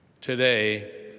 Today